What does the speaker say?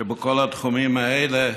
שבכל התחומים האלה,